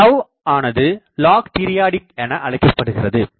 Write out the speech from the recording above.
இந்த ஆனது lag period என அழைக்கப்படுகிறது